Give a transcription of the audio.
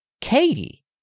Katie